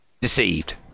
deceived